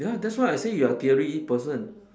ya that's why I say you are a theory person